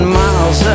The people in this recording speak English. miles